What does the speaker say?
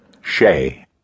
shay